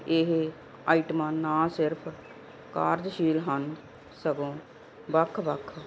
ਇਹ ਆਈਟਮਾਂ ਨਾ ਸਿਰਫ ਕਾਰਜਸ਼ੀਲ ਹਨ ਸਗੋਂ ਵੱਖ ਵੱਖ